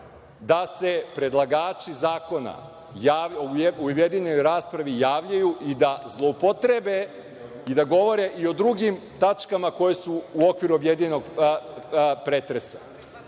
da se predlagači zakona u objedinjenoj raspravi javljaju i da zloupotrebe i da govore i o drugim tačkama koje su okviru objedinjenog pretresa.